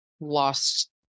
lost